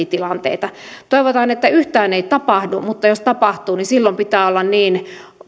tilanteita toivotaan että yhtään ei tapahdu mutta jos tapahtuu niin silloin pitää olla niin